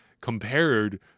compared